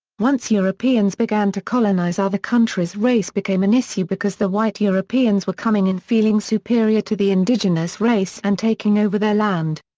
once europeans began to colonize other countries race became an issue because the white europeans were coming in feeling superior to the indigenous race and taking over their land.